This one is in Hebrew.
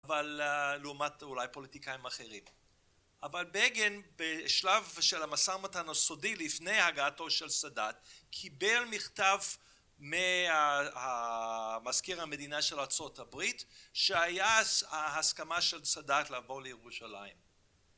אבל לעומת אולי פוליטיקאים אחרים. אבל בגין בשלב של המשא ומתן הסודי לפני הגעתו של סדאת קיבל מכתב מהמזכיר המדינה של ארה״ב שהיה ההסכמה של סדאת לעבור לירושלים